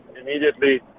immediately